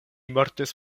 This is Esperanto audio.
mortis